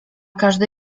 każdy